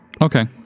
Okay